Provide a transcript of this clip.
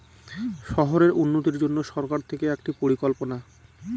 শহরের উন্নতির জন্য সরকার থেকে একটি পরিকল্পনা